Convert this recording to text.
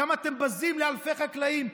כמה אתם בזים לאלפי חקלאים,